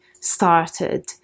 started